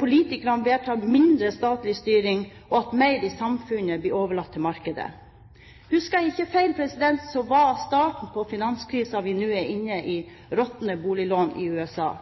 politikerne vedtar mindre statlig styring, og at mer i samfunnet blir overlatt til markedet. Husker jeg ikke feil, så var starten på finanskrisen vi nå er inne i, råtne boliglån i USA.